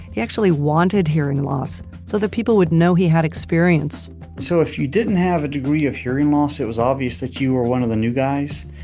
he actually wanted hearing loss so that people would know he had experience so if you didn't have a degree of hearing loss, it was obvious that you were one of the new guys,